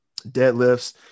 deadlifts